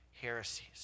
heresies